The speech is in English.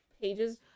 pages